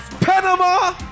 Panama